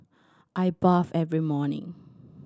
I bathe every morning